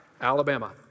Alabama